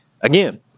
Again